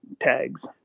tags